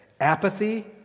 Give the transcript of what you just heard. apathy